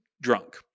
drunk